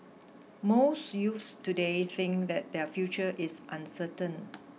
most youth today think that their future is uncertain